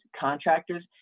contractors